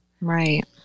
right